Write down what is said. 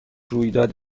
رویداد